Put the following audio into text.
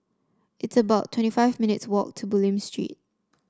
it's about twenty five minutes' walk to Bulim Street